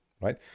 right